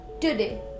Today